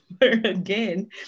again